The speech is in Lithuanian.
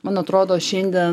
man atrodo šiandien